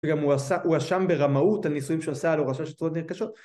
וגם הוא הואשם ברמאות על ניסויים שהוא עשה על הורשה של צורות נרכשות